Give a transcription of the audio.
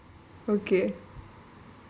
okay